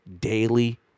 daily